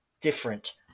different